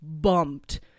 bumped